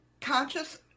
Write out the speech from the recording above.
conscious